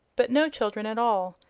but no children at all,